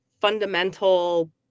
fundamental